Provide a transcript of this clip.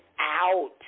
out